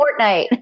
Fortnite